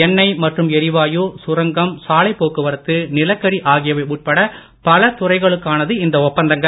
எண்ணெய் மற்றும் எரிவாயு சுரங்கம் சாலைப் போக்குவரத்து நிலக்கரி ஆகியவைவ உட்பட பல துறைகளுக்கானது இந்த ஒப்பந்தங்கள்